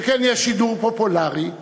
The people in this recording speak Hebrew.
שכן יש שידור פופולרי,